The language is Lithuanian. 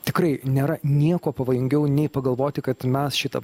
tikrai nėra nieko pavojingiau nei pagalvoti kad mes šitą